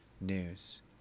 news